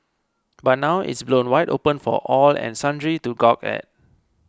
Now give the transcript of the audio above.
but now it's blown wide open for all and sundry to gawk at